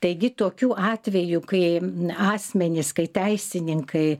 taigi tokių atvejų kai asmenys kai teisininkai